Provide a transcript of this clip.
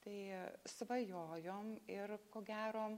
tai svajojom ir ko gero